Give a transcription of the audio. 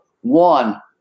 one –